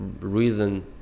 reason